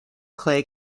clay